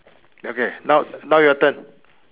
okay now now your turn